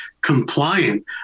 compliant